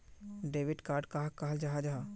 Debit card कहाक कहाल जाहा जाहा?